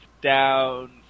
down